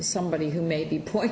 somebody who maybe point